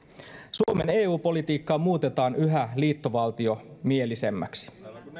suomen eu politiikkaa muutetaan yhä liittovaltiomielisemmäksi me